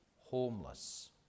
homeless